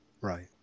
Right